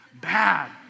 bad